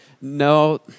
No